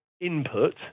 input